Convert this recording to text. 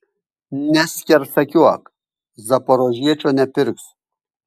neskersakiuok zaporožiečio nepirksiu